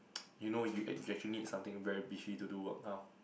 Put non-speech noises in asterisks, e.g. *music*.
*noise* you know you ac~ actually need something very beefy to do work now